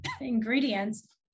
ingredients